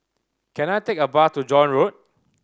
can I take a bus to John Road